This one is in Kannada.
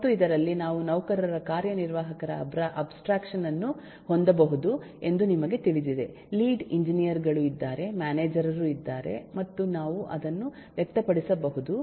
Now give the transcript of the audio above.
ಮತ್ತು ಇದರಲ್ಲಿ ನಾವು ನೌಕರರ ಕಾರ್ಯನಿರ್ವಾಹಕರ ಅಬ್ಸ್ಟ್ರಾಕ್ಷನ್ ಅನ್ನು ಹೊಂದಬಹುದು ಎಂದು ನಿಮಗೆ ತಿಳಿದಿದೆ ಲೀಡ್ ಎಂಜಿನಿಯರ್ ಗಳು ಇದ್ದಾರೆ ಮ್ಯಾನೇಜರ್ ರು ಇದ್ದಾರೆ ಮತ್ತು ನಾವು ಅದನ್ನು ವ್ಯಕ್ತಪಡಿಸಬಹುದು